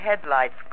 headlights